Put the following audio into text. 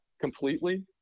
completely